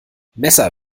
messer